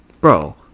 bro